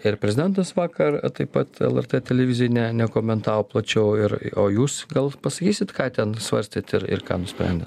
ir prezidentas vakar taip pat lrt televizijai ne nekomentavo plačiau ir o jūs gal pasakysit ką ten svarstėt ir ir ką nusprendė